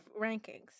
rankings